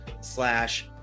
slash